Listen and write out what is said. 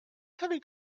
heavy